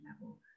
level